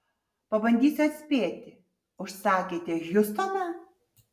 pabandysiu atspėti užsakėte hjustoną